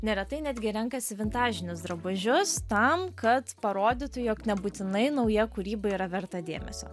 neretai netgi renkasi vintažinius drabužius tam kad parodytų jog nebūtinai nauja kūryba yra verta dėmesio